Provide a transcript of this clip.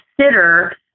consider